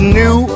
new